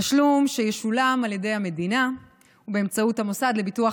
תשלום שישולם על ידי המדינה באמצעות המוסד לביטוח